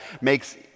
makes